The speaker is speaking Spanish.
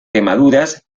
quemaduras